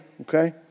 Okay